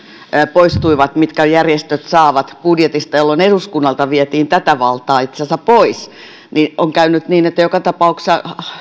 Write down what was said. mitkä järjestöt saavat budjetista poistuivat jolloin eduskunnalta vietiin tätä valtaa itse asiassa pois sillä tavalla tietenkin on käynyt niin että joka tapauksessa